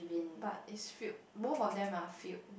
but is filled both of them are filled